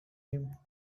him